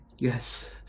yes